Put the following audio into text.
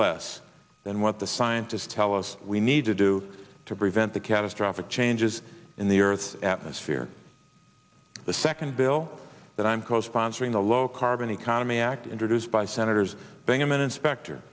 less than what the scientists tell us we need to do to prevent the catastrophic changes in the earth atmosphere the second bill that i'm co sponsoring the low carbon economy act introduced by senators bingaman inspector